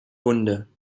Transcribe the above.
wunde